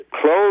close